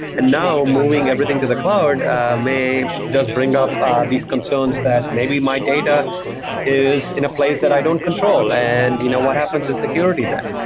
and now moving everything to the cloud ah does bring up these concerns that maybe my data is in a place that i don't control. and you know what happens to security then?